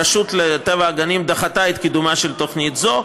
רשות הטבע והגנים דחתה את קידומה של תוכנית זו,